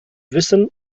wissen